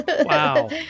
Wow